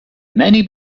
many